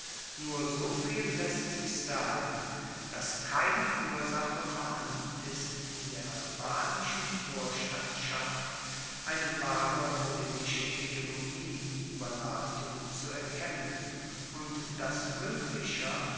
nur soviel laesst sich sagen dass keine ursache vorhanden ist in der albanischen vorstandschaft eine wahre politische hegemonie ueber latium zu erkennen und dass